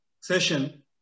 session